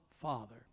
Father